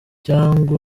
cyangwa